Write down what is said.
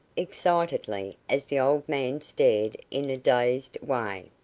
excitedly, as the old man stared in a dazed way.